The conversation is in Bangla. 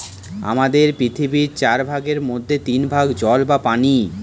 আমাদের পৃথিবীর চার ভাগের মধ্যে তিন ভাগ জল বা পানি